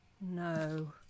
no